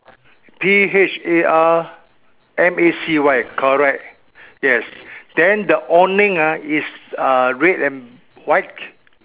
P H A R M A C Y correct yes then the awning ah is uh red and white